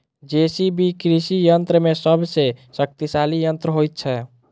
JCB कृषि यंत्र मे सभ सॅ शक्तिशाली यंत्र होइत छै